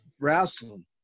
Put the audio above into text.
wrestling